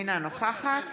אינה נוכחת